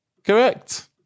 Correct